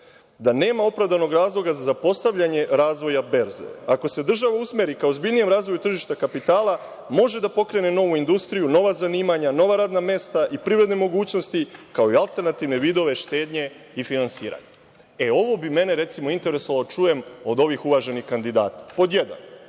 Da nema opravdanog razloga za zapostavljanje razvoja berze. Ako se država usmeri ka ozbiljnijem razvoju tržišta kapitala može da pokrene novu industriju, nova zanimanja, nova radna mesta i privredne mogućnosti kao i alternativne vidove štednje i finansiranja. Ovo bi mene recimo, interesovalo da čujem od ovih uvaženih kandidata. Pod jedan